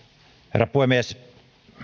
herra puhemies